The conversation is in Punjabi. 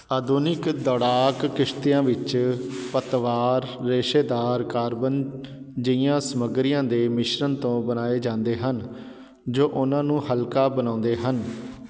ਆਧੁਨਿਕ ਦੌੜਾਕ ਕਿਸ਼ਤੀਆਂ ਵਿੱਚ ਪਤਵਾਰ ਰੇਸ਼ੇਦਾਰ ਕਾਰਬਨ ਜਿਹੀਆਂ ਸਮੱਗਰੀਆਂ ਦੇ ਮਿਸ਼ਰਣ ਤੋਂ ਬਣਾਏ ਜਾਂਦੇ ਹਨ ਜੋ ਉਨ੍ਹਾਂ ਨੂੰ ਹਲਕਾ ਬਣਾਉਂਦੇ ਹਨ